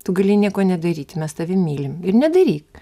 tu gali nieko nedaryti mes tave mylim ir nedaryk